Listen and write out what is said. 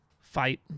fight